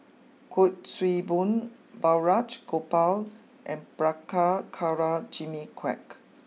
Kuik Swee Boon Balraj Gopal and Jimmy Quek